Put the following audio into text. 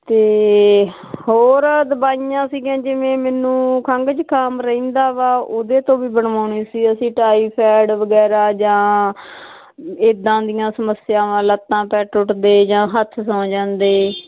ਅਤੇ ਹੋਰ ਦਵਾਈਆਂ ਸੀਗੀਆਂ ਜਿਵੇਂ ਮੈਨੂੰ ਖੰਘ ਜ਼ੁਕਾਮ ਰਹਿੰਦਾ ਵਾ ਉਹਦੇ ਤੋਂ ਵੀ ਬਣਵਾਉਣੀ ਸੀ ਅਸੀਂ ਟਾਈਫਾਈਡ ਵਗੈਰਾ ਜਾਂ ਇੱਦਾਂ ਦੀਆਂ ਸਮੱਸਿਆਵਾਂ ਲੱਤਾਂ ਪੈਰ ਟੁੱਟਦੇ ਜਾਂ ਹੱਥ ਸੌਂ ਜਾਂਦੇ